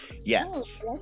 Yes